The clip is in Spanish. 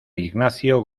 ignacio